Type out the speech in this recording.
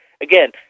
again